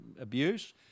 abuse